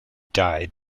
died